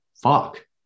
fuck